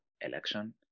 election